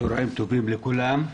צוהריים טובים לכולם.